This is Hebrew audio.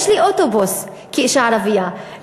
יש לי אוטובוס כאישה ערבייה,